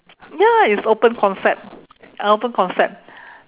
ya it's open concept open concept